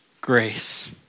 grace